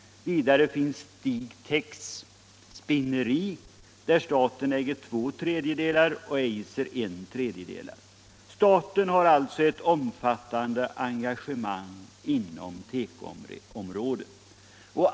Vidare finns Stigtex spinneri där staten äger två tredjedelar och Eiser en tredjedel. Staten har alltså ett omfattande engagemang inom tekoområdet.